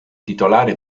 titolare